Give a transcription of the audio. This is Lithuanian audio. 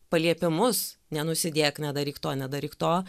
paliepimus nenusidėk nedaryk to nedaryk to